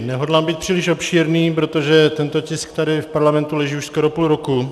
Nehodlám být příliš obšírný, protože tento tisk tady v parlamentu leží už skoro půl roku.